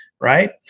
right